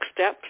nextsteps